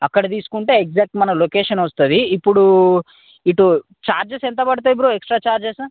అక్కడ తీసుకుంటే ఎగ్జాక్ట్ మన లొకేషన్ వస్తుంది ఇప్పుడు ఇటు ఛార్జెస్ ఎంత పడతాయి బ్రో ఎక్స్ట్రా ఛార్జెస్